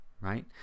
right